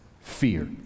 fear